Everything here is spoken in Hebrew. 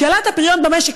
שאלת הפריון במשק,